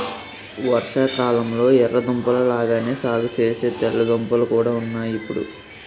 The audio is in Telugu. వర్షాకాలంలొ ఎర్ర దుంపల లాగానే సాగుసేసే తెల్ల దుంపలు కూడా ఉన్నాయ్ ఇప్పుడు